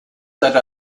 that